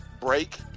break